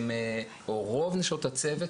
או רוב נשות הצוות,